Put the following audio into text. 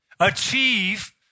achieve